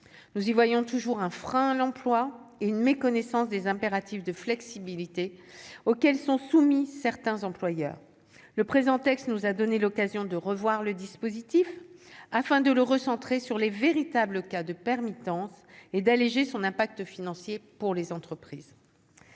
nous y voyons toujours un frein à l'emploi et une méconnaissance des impératifs de flexibilité auxquelles sont soumis certains employeurs le nous a donné l'occasion de revoir le dispositif afin de le recentrer sur les véritables cas de permittence et d'alléger son impact financier pour les entreprises,